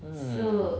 mm